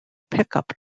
pickup